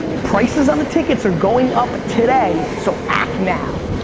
prices on the tickets are going up today, so act now.